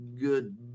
good